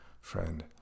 Friend